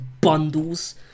bundles